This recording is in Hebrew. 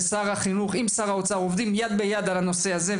ושר החינוך עם שר האוצר עובדים יד ביד על הנושא הזה,